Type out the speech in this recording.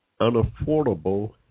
unaffordable